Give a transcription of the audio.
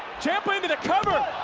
ciampa into the cover.